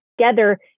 together